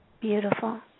Beautiful